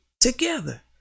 together